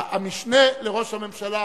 המשנה לראש הממשלה